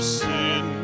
sin